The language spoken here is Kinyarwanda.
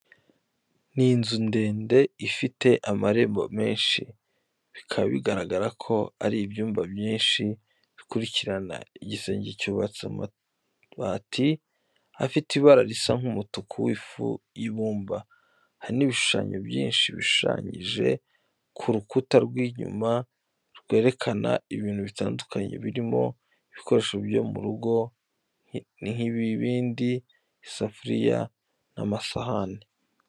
Ni inzu ndende ifite amarembo menshi, bikaba bigaragara ko ari ibyumba byinshi bikurikirana. Igisenge cyubatse mu mabati afite ibara risa n’umutuku w’ifu y’ibumba. Hari ibishushanyo byinshi bishushanyije ku rukuta rw’inyuma rwerekana ibintu bitandukanye birimo ibikoresho byo mu rugo nk'ibibindi, isafuriya n'amasahani.